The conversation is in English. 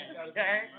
Okay